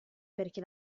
perché